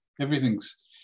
Everything's